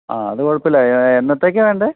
ആ അത് കുഴപ്പം ഇല്ല എന്നത്തേക്കാണ് വേണ്ടത്